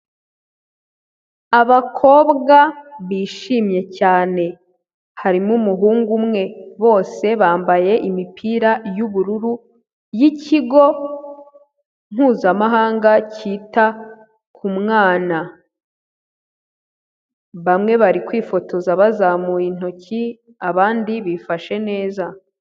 Abakobwa bishimye cyane harimo umuhungu umwe, bose bambaye imipira y'ubururu y'ikigo mpuzamahanga cyita ku mwana, bamwe bari kwifotoza bazamuye intoki abandi bifashe neza.